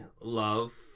love